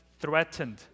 threatened